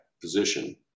position